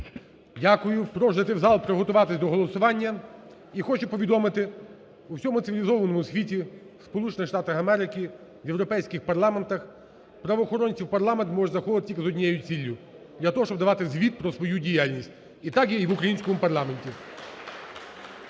Дякую. Прошу зайти в зал, приготуватися до голосування. І хочу повідомити, у всьому цивілізованому світі, у Сполучених Штатах Америки, європейських парламентах правоохоронці у парламент можуть заходити тільки з однією ціллю: для того, щоб давати звіт про свою діяльність. І так є і в українському парламенті.